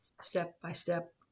step-by-step